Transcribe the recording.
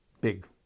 Big